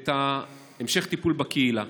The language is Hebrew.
את המשך הטיפול בקהילה.